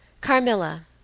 Carmilla